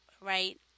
right